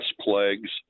plagues